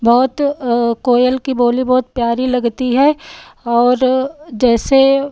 बहुत कोयल की बोली बहुत प्यारी लगती है और जैसे